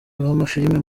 b’amafilime